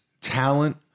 talent